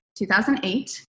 2008